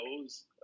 knows